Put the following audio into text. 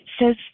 says